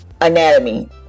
anatomy